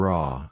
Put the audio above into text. Raw